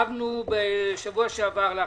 הישיבה ננעלה בשעה 10:30. הכנסת יו"ר